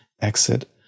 exit